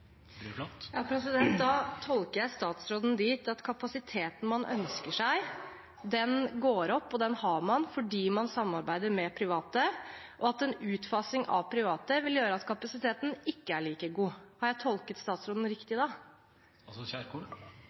Da tolker jeg statsråden dit at kapasiteten man ønsker seg, den går opp, og den har man fordi man samarbeider med private, og at en utfasing av private vil gjøre at kapasiteten ikke er like god. Har jeg tolket statsråden riktig da?